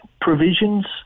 provisions